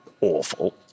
awful